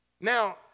now